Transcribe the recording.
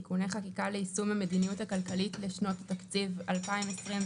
תיקוני חקיקה ליישום המדיניות הכלכלית לשנות התקציב 2021,